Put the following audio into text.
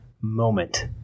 moment